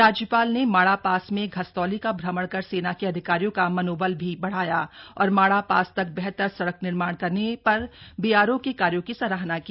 राज्यपाल ने माणा पास में घस्तौली का भ्रमण कर सेना के अधिकारियों का मनोबल भी बढ़ाया और माणा पास तक बेहतर सड़क निर्माण करने पर बीआरओ के कार्यों की सराहना की